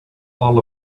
all